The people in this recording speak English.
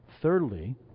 Thirdly